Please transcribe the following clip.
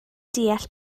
deall